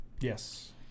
Yes